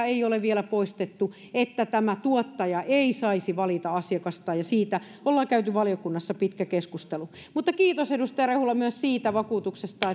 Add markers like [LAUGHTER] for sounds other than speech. [UNINTELLIGIBLE] ei ole vielä poistettu että tämä tuottaja ei saisi valita asiakastaan ja siitä ollaan käyty valiokunnassa pitkä keskustelu mutta kiitos edustaja rehula myös siitä vakuutuksesta [UNINTELLIGIBLE]